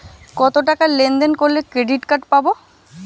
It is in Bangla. কতটাকা লেনদেন করলে ক্রেডিট কার্ড পাব?